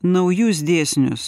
naujus dėsnius